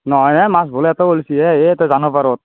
নহয় এ মাছ বোলে ইয়াতো ওলছি এ ইয়াতে জানৰ পাৰত